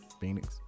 Phoenix